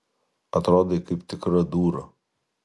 atrodai kaip tikra dūra